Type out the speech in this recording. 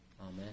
Amen